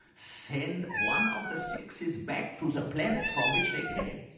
send one of the sexes back to the planet from which they came.